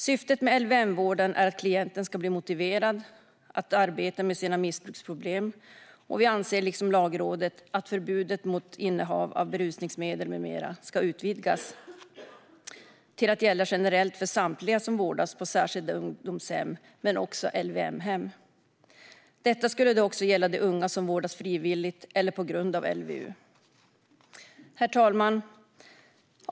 Syftet med LVM-vården är att klienten ska bli motiverad att arbeta med sina missbruksproblem, och vi anser liksom Lagrådet att förbudet mot innehav av berusningsmedel med mera ska utvidgas till att gälla generellt för samtliga som vårdas på särskilda ungdomshem och på LVM-hem. Detta skulle då också gälla de unga som vårdas frivilligt eller på grund av LVU. Herr talman!